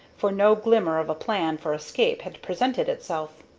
for no glimmer of a plan for escape had presented itself.